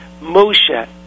Moshe